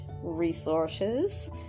resources